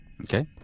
Okay